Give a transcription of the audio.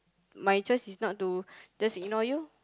my choice is not to just ignore you